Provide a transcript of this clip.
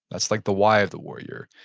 that's like the why of the warrior.